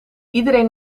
iedereen